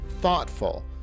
thoughtful